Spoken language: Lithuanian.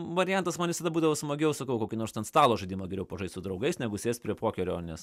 variantas man visada būdavo smagiau sakau kokį nors ten stalo žaidimą geriau pažaist su draugais negu sėst prie pokerio nes